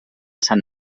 sant